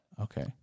Okay